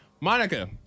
Monica